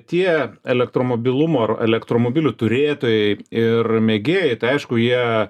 tie elektromobilumo ar elektromobilių turėtojai ir mėgėjai tai aišku jie